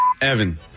Evan